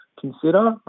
consider